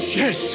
yes